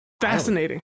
fascinating